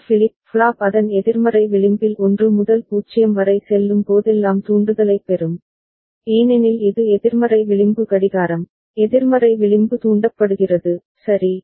இந்த flip flop அதன் எதிர்மறை விளிம்பில் 1 முதல் 0 வரை செல்லும் போதெல்லாம் தூண்டுதலைப் பெறும் ஏனெனில் இது எதிர்மறை விளிம்பு கடிகாரம் எதிர்மறை விளிம்பு தூண்டப்படுகிறது சரி